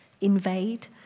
invade